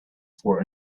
for